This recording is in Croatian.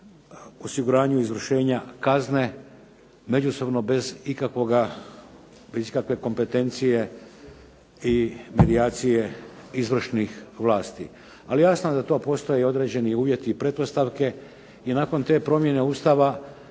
osiguranju izvršenja kazne međusobno bez ikakve kompetencije i medijacije izvršnih vlasti. Ali jasno da tu postoje određeni uvjeti i pretpostavke. I nakon te promjene Ustava